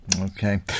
Okay